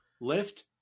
lift